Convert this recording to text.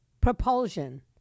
propulsion